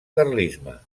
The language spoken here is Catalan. carlisme